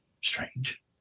strange